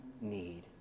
need